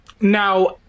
Now